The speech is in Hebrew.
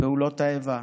פעולות האיבה.